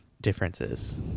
differences